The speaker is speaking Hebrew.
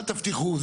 אל תבטיחו,